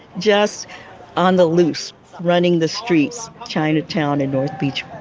just on the loose running the streets, chinatown and north beach